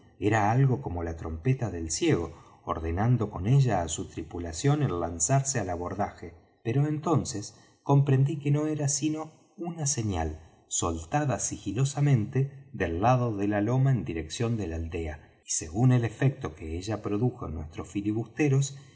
era algo como la trompeta del ciego ordenando con ella á su tripulación el lanzarse al abordaje pero entonces comprendí que no era sino una señal soltada sigilosamente del lado de la loma en dirección de la aldea y según el efecto que ella produjo en nuestros filibusteros